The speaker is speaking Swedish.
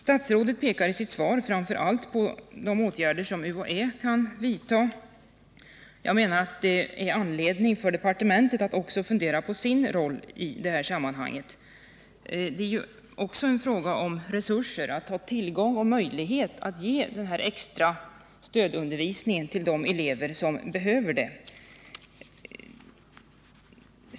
Statsrådet pekar i sitt svar framför allt på de åtgärder som UHÄ kan vidta. Man anser att det finns anledning för departementet att också fundera på sin roll i det här sammanhanget. Det är ju också en fråga om resurser: att ha tillgång till och möjlighet att ge den extra stödundervisningen till de elever som behöver sådan.